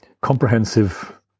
comprehensive